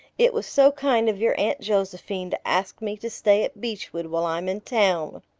it was so kind of your aunt josephine to ask me to stay at beechwood while i'm in town.